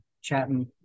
chatting